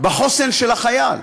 בחוסן של החייל.